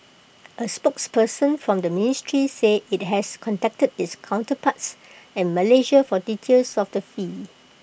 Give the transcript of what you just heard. A spokesperson from the ministry said IT has contacted its counterparts in Malaysia for details of the fee